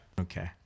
Okay